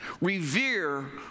revere